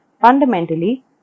Fundamentally